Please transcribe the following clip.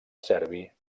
serbi